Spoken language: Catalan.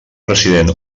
president